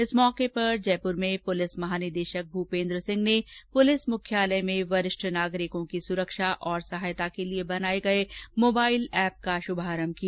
इस मौके पर जयपुर में पुलिस महानिदेशक भूपेन्द्र सिंह ने पुलिस मुख्यालय में वरिष्ठ नागरिकों की सुरक्षा और सहायता के लिए बनाए गए मोबाइल एप का शुभारंभ किया